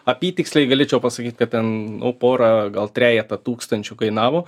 apytiksliai galėčiau pasakyt kad ten nu porą gal trejetą tūkstančių kainavo